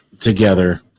together